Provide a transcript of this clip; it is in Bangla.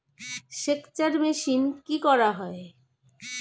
সেকচার মেশিন কি করা হয়?